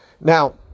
Now